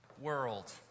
world